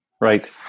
Right